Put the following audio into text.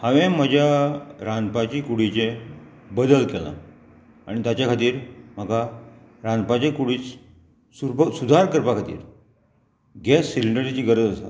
हांवें म्हज्या रांदपाची कुडीचे बदल केला आनी ताचे खातीर म्हाका रांदपाची कुडी सुदार करपा खातीर गॅस सिलिंडरीची गरज आसा